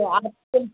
तो आपको